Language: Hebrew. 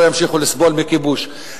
לא ימשיכו לסבול מכיבוש.